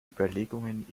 überlegungen